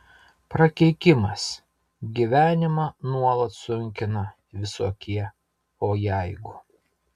prakeikimas gyvenimą nuolat sunkina visokie o jeigu